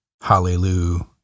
Hallelujah